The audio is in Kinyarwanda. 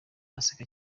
aseka